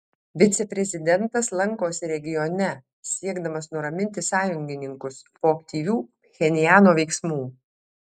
viceprezidentas lankosi regione siekdamas nuraminti sąjungininkus po aktyvių pchenjano veiksmų